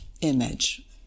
image